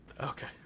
okay